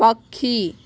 ପକ୍ଷୀ